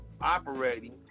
operating